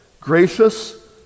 gracious